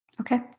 Okay